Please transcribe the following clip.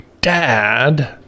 Dad